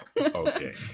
Okay